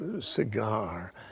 cigar